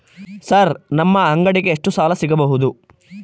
Sir ನಮ್ಮ ಅಂಗಡಿಗೆ ಎಷ್ಟು ಸಾಲ ಸಿಗಬಹುದು?